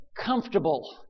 comfortable